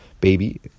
baby